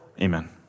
amen